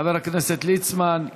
חבר הכנסת ליצמן,